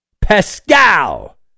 Pascal